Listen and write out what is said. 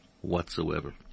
whatsoever